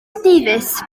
davies